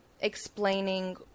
explaining